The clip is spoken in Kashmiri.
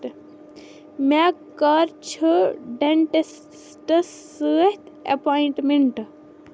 مےٚ کر چِھ ڈینٹسٹس سۭتۍ اَپوینٹمنٹہٕ